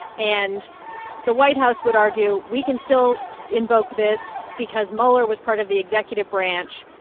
and the white house would argue, we can still invoke this because mueller was part of the executive branch.